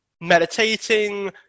meditating